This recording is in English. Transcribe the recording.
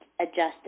adjusted